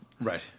Right